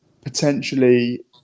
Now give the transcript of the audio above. potentially